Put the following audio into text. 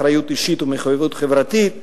אחריות אישית ומחויבות חברתית,